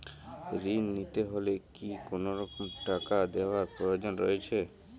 ঋণ নিতে হলে কি কোনরকম টাকা দেওয়ার প্রয়োজন রয়েছে?